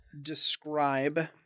describe